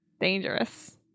dangerous